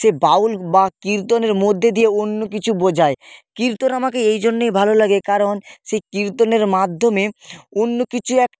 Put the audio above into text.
সে বাউল বা কীর্তনের মধ্যে দিয়েও অন্য কিছু বোঝায় কীর্তন আমাকে এই জন্যেই ভালো লাগে কারণ সেই কীর্তনের মাধ্যমে অন্য কিছু একটা